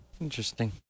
Interesting